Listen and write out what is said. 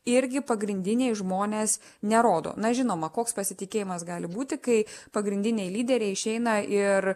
irgi pagrindiniai žmonės nerodo na žinoma koks pasitikėjimas gali būti kai pagrindiniai lyderiai išeina ir